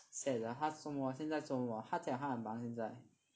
sad lah 他做什么现在做什么他讲他很忙现在